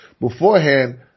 beforehand